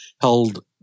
held